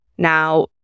Now